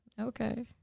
Okay